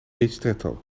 ristretto